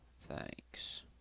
Thanks